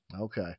Okay